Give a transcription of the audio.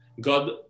God